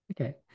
okay